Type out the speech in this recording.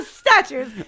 statues